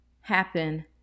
happen